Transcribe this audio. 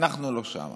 אנחנו לא שם